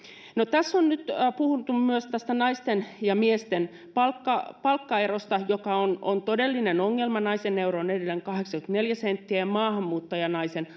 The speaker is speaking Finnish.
tässä on nyt puhuttu myös naisten ja miesten palkkaerosta palkkaerosta joka on on todellinen ongelma naisen euro on edelleen kahdeksankymmentäneljä senttiä ja maahanmuuttajanaisen